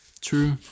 True